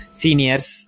seniors